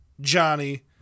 Johnny